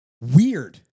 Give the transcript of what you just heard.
Weird